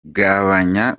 gabanya